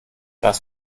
das